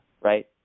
right